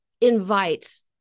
invite